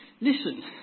listen